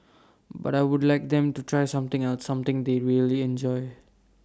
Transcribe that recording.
but I would like them to try something else something they really enjoy